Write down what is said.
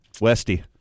Westy